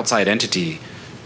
outside entity